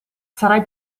sarai